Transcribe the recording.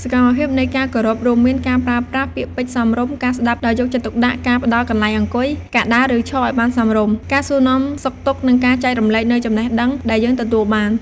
សកម្មភាពនៃការគោរពរួមមាន ការប្រើប្រាស់ពាក្យពេចន៍សមរម្យ ការស្ដាប់ដោយយកចិត្តទុកដាក់ ការផ្ដល់កន្លែងអង្គុយ ការដើរ ឬឈរឱ្យបានសមរម្យ ការសួរនាំសុខទុក្ខនិងការចែករំលែកនូវចំណេះដឹងដែលយើងទទួលបាន។